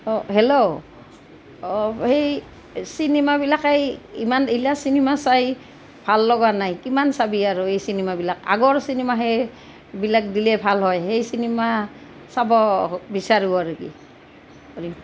অঁ হেল্ল' অঁ সেই চিনেমাবিলাকেই ইমান এইলা চিনেমা চাই ভাল লগা নাই কিমান চাবি আৰু এই চিনেমাবিলাক আগৰ চিনেমা সেইবিলাক দিলে ভাল হয় সেই চিনেমা চাব বিচাৰোঁ আৰু কি হ